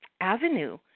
avenue